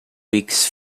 weeks